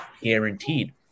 guaranteed